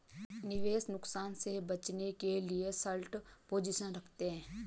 निवेशक नुकसान से बचने के लिए शार्ट पोजीशन रखते है